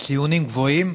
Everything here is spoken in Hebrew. ציונים גבוהים,